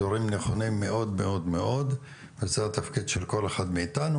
דברים מאוד מאוד נכונים וזה התפקיד של כל אחד מאיתנו.